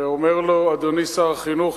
ואומר לו: אדוני שר החינוך,